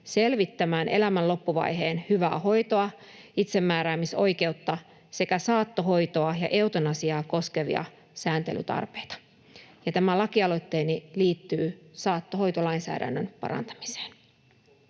selvittämään elämän loppuvaiheen hyvää hoitoa, itsemääräämisoikeutta sekä saattohoitoa ja eutanasiaa koskevia sääntelytarpeita. Tämä lakialoitteeni liittyy saattohoitolainsäädännön parantamiseen.